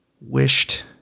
wished